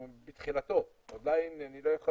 אנחנו בתחילתו, עדיין אני לא יכול